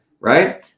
right